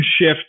shift